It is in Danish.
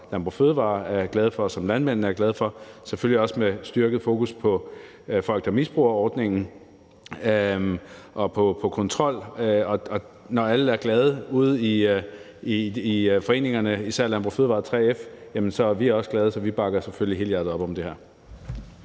og Landbrug & Fødevarer er glade for, og som landmændene er glade for – det er selvfølgelig også med et styrket fokus på folk, der misbruger ordningen, og på kontrol. Og når alle er glade ude i foreningerne, især Landbrug & Fødevarer og 3F, er vi også glade. Så vi bakker selvfølgelig helhjertet op omkring det her.